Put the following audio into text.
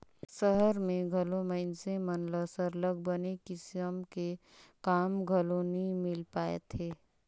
सहर में घलो मइनसे मन ल सरलग बने किसम के काम घलो नी मिल पाएत हे